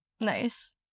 Nice